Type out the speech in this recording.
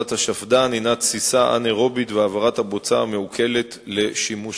עזרא שאל את השר להגנת הסביבה ביום ו' בטבת התש"ע (23 בדצמבר 2009):